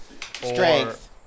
Strength